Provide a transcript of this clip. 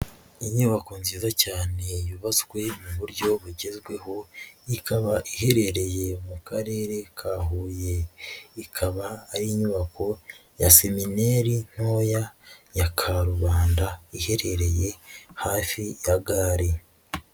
Inyubako nziza cyane yubatswe mu buryo bugezweho, ikaba iherereye mu Karere ka Huye, ikaba ari inyubako ya semineri ntoya ya Karubanda, iherereye hafi ya gare.